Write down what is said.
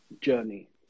journey